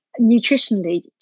nutritionally